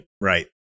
Right